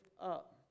up